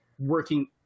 working